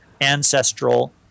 ancestral